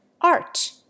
art